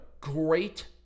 great